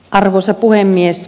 arvoisa puhemies